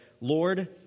Lord